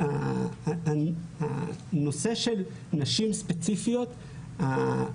לגבי הנושא של נשים ספציפיות